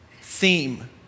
theme